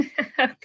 Okay